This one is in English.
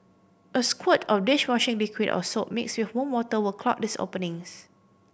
a squirt of dish washing liquid or soap mixed with warm water will clog these openings